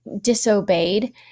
disobeyed